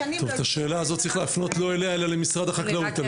את השאלה הזאת צריך להפנות לא אליה אלא למשרד החקלאות.